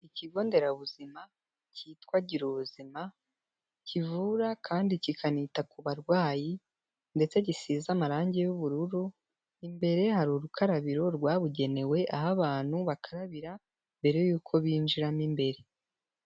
Ikigo nderabuzima kitwa gira ubuzima kivura kandi kikanita ku barwayi ndetse gisize amarangi y'ubururu imbere hari urukarabiro rwabugenewe aho abantu bakarabira mbere y'uko binjiramo imbere.